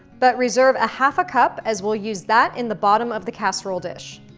but reserve a half a cup, as we'll use that in the bottom of the casserole dish.